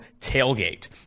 TAILGATE